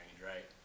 right